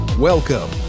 Welcome